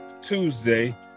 Tuesday